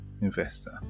investor